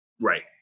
Right